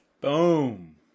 Boom